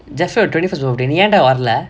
just saw twenty first old நீ ஏண்டா வரல:nee yaendaa varala